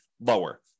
lower